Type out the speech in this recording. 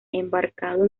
embarcado